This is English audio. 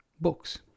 books